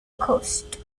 ghost